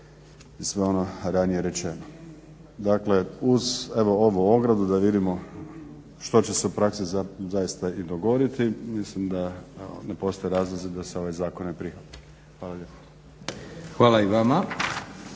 Hvala i vama.